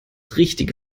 richtige